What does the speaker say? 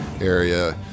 area